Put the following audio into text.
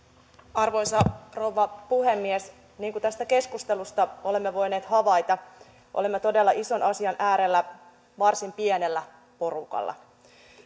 arvoisa rouva puhemies niin kuin tästä keskustelusta olemme voineet havaita olemme todella ison asian äärellä varsin pienellä porukalla